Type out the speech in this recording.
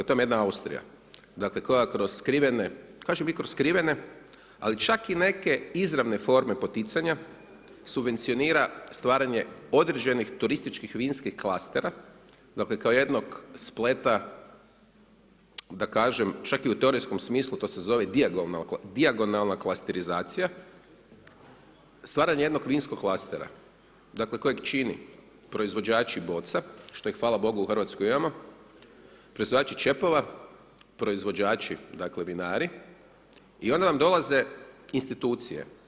To vam je jedna Austrija koja kroz skrivene, kažem i kroz skrivene, ali čak i neke izravne forme poticanja subvencionira stvaranje određenih turističkih vinskih klastera, dakle kao jednog spleta da kažem, čak i u teorijskom smislu, to se zove dijagonalna klasterizacija, stvaranje jednog vinskog klastera dakle, kojeg čini proizvođači boca što ih hvala Bogu u RH imamo, proizvođači čepova, proizvođači, dakle vinari i onda vam dolaze institucije.